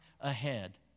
ahead